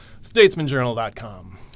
statesmanjournal.com